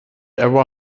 ever